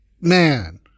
man